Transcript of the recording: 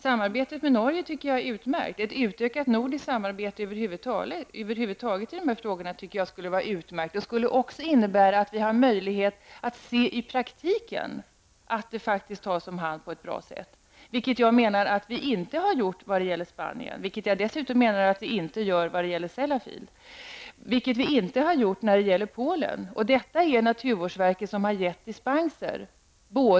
Samarbetet med Norge är utmärkt, och ett utökat nordiskt samarbete över huvud taget i dessa frågor skulle enligt min uppfattning vara utmärkt. Det skulle också ge oss en möjlighet att i praktiken se att avfallet faktiskt tas om hand på ett bra sätt. Jag menar att detta inte har varit fallet när det gäller Spanien och inte heller när det gäller Sellafield. Det har inte heller varit fallet när det gäller Polen. Det är naturvårdsverket som har gett dispenser.